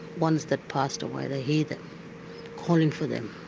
ones that passed away, they hear them calling for them.